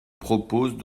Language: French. proposent